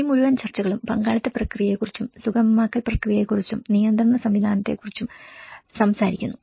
ഈ മുഴുവൻ ചർച്ചകളും പങ്കാളിത്ത പ്രക്രിയയെക്കുറിച്ചും സുഗമമാക്കൽ പ്രക്രിയയെക്കുറിച്ചും നിയന്ത്രണ സംവിധാനങ്ങളെക്കുറിച്ചും സംസാരിക്കുന്നു